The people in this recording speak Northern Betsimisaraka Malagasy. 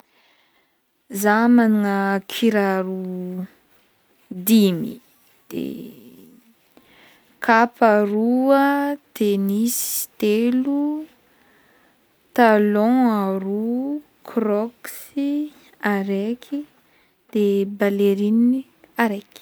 Za managna kiraro dimy de kapa roa, tennis telo, talon aroa, crocs i araiky, de baleriny araiky.